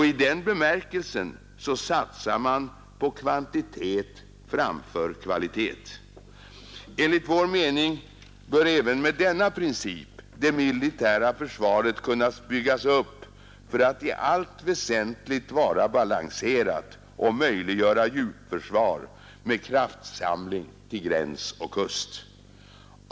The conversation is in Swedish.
I denna bemärkelse satsar man på kvantitet framför kvalitet. Enligt vår mening bör även med denna princip det militära försvaret kunna byggas upp för att i allt väsentligt vara balanserat och möjliggöra djupförsvar med kraftsamling till gräns och kust.